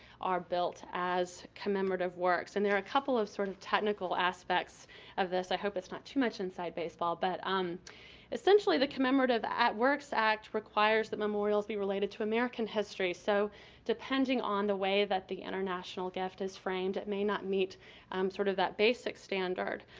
are built as commemorative works. and there are a couple of sort of technical aspects of this. i hope it's not too much inside baseball, but um essentially the commemorative works act requires that memorials be related to american history, so depending on the way that the international gift is framed, it may not meet um sort of that basic standard.